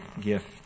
gift